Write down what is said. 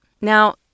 now